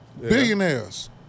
billionaires